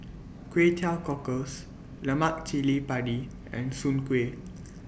Kway Teow Cockles Lemak Cili Padi and Soon Kueh